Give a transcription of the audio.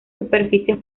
superficies